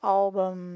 album